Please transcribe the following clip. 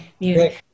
mute